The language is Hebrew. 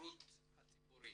לשירות הציבורי,